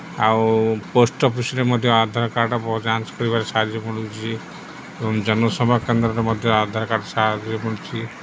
ଆଉ ପୋଷ୍ଟ୍ ଅଫିସ୍ରେ ମଧ୍ୟ ଆଧାର କାର୍ଡ଼୍ ଯାଞ୍ଚ କରିବାରେ ସାହାଯ୍ୟ ମିଳୁଛି ଏବଂ ଜନସେବା କେନ୍ଦ୍ରରେ ମଧ୍ୟ ଆଧାର କାର୍ଡ଼୍ ସାହାଯ୍ୟ ମିଳୁଛି